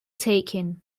taken